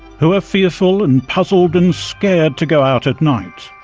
who are fearful, and puzzled and scared to go out at night.